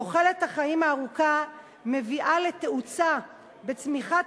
תוחלת החיים הארוכה מביאה לתאוצה בצמיחת